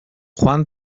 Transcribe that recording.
juan